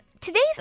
today's